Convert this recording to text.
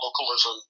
localism